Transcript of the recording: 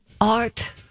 Art